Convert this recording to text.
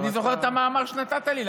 אני זוכר את המאמר שנתת לי.